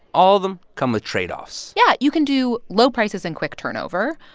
all of them come with tradeoffs yeah. you can do low prices and quick turnover,